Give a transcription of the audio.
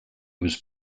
was